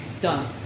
done